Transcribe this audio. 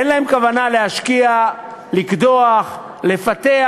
אין להן כוונה להשקיע, לקדוח, לפתח,